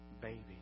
baby